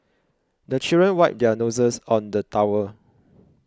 the children wipe their noses on the towel